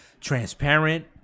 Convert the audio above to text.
transparent